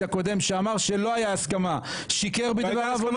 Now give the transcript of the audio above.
שאמר שלא הייתה הסכמה שיקר בדבריו או לא?